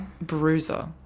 Bruiser